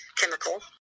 chemical